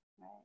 right